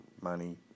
money